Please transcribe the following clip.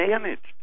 managed